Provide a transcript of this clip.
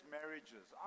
marriages